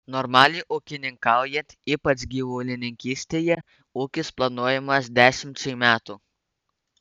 normaliai ūkininkaujant ypač gyvulininkystėje ūkis planuojamas dešimčiai metų